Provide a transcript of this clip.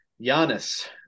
Giannis